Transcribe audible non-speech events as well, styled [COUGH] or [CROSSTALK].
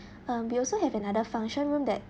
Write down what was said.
[BREATH] um we also have another function room that